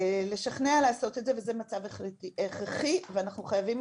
לשכנע לעשות את זה וזה מצב הכרחי ואנחנו חייבים